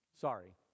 Sorry